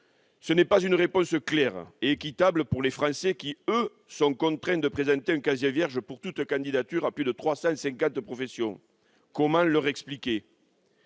ce n'est pas une réponse claire et équitable pour les Français qui, eux, sont contraints de présenter un casier vierge pour toute candidature à plus de 350 professions. Comment le leur expliquer ?